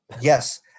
Yes